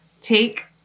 take